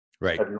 Right